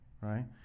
Right